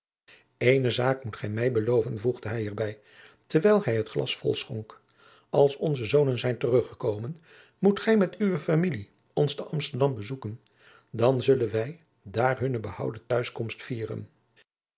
eene zaak moet gij mij beloven voegde hij er bij terwijl hij het glas vol schonk als onze zonen zijn teruggekomen moet gij met uwe familie ons te amsterdam bezoeken dan zullen wij daar hunne behouden t'huiskomst vieren